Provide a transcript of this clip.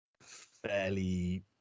fairly